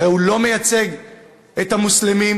הרי הוא לא מייצג את המוסלמים,